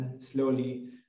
slowly